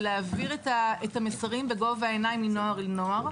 ולהעביר את המסרים בגובה העיניים בנוער עם נוער.